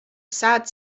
sad